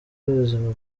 y’ubuzima